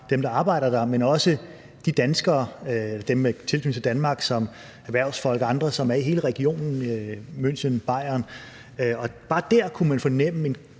dem, der arbejder der, men også danskere og dem, der har tilknytning til Danmark, erhvervsfolk og andre, som er i hele regionen München, Bayern. Og bare der kunne man fornemme en